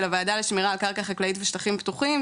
הוועדה לשמירה על קרקע חקלאית ושטחים פתוחים,